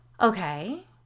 Okay